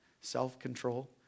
self-control